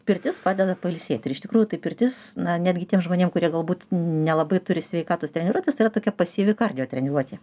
pirtis padeda pailsėti ir iš tikrųjų tai pirtis na netgi tiem žmonėm kurie galbūt nelabai turi sveikatos treniruotis tai yra tokia pasyvi kardio treniruotė